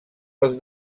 als